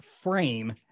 frame